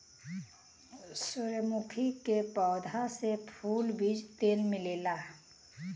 सूरजमुखी के पौधा से फूल, बीज तेल मिलेला